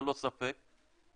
ללא ספק,